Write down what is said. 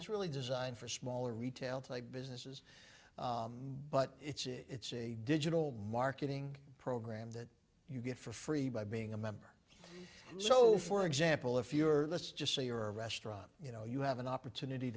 it's really designed for smaller retail businesses but it's a digital marketing program that you get for free by being a member so for example if you're let's just say your restaurant you know you have an opportunity